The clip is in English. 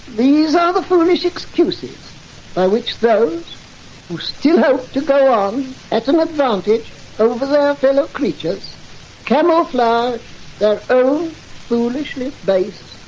these are the foolish excuses by which those who still hope to go on at an advantage over their fellow creatures camouflage their own foolishly based